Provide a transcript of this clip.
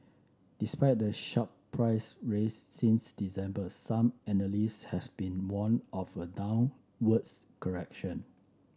despite the sharp price raise since December some analysts has been warn of a downwards correction